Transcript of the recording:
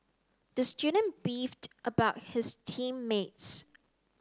the student beefed about his team mates